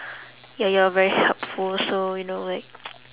ya you're very helpful also you know like